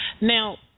Now